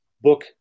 book